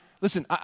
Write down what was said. listen